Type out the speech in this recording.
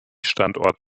standort